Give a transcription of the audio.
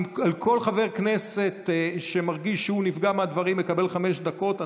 אם כל חבר כנסת שמרגיש שהוא נפגע מהדברים יקבל חמש דקות,